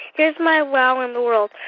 here's my wow in the world.